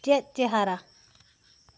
ᱪᱮᱫ ᱪᱮᱦᱨᱟ